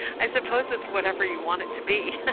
i suppose it's whatever you want it to be.